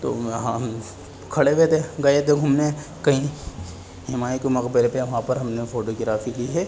تو ہاں ہم کھڑے ہوئے تھے گئے تھے گھومنے کہیں ہمایوں کے مقبرے پہ وہاں پر ہم نے فوٹوگرافی لی ہے